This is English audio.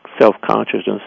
self-consciousness